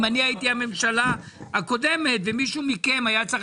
אם אני הייתי הממשלה הקודמת ומישהו מכם היה צריך